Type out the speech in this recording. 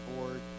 board